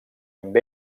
amb